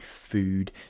food